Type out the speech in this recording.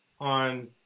On